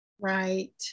Right